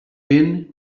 been